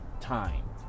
time